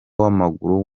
w’amaguru